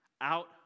out